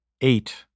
eight